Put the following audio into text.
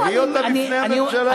יביא אותה בפני הממשלה.